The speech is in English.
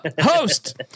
Host